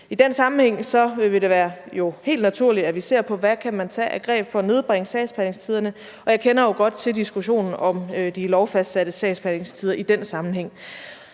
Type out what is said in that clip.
I den sammenhæng vil det være helt naturligt, at vi ser på, hvad man kan tage af greb for at nedbringe sagsbehandlingstiderne, og jeg kender jo godt til diskussionen om de lovfastsatte sagsbehandlingstider i den sammenhæng.